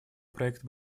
проект